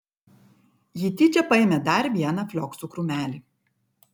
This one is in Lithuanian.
ji tyčia paėmė dar vieną flioksų krūmelį